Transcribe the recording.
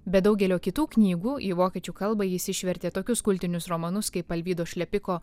bet daugelio kitų knygų į vokiečių kalbą jis išvertė tokius kultinius romanus kaip alvydo šlepiko